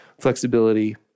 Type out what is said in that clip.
Flexibility